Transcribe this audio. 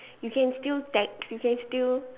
you can still text you can still